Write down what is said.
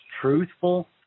truthful